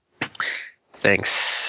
Thanks